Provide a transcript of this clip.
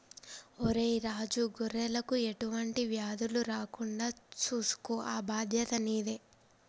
ఒరై రాజు గొర్రెలకు ఎటువంటి వ్యాధులు రాకుండా సూసుకో ఆ బాధ్యత నీదే